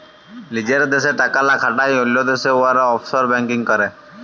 লিজের দ্যাশে টাকা লা খাটায় অল্য দ্যাশে উয়ারা অফশর ব্যাংকিং ক্যরে